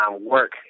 work